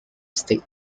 state